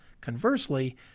Conversely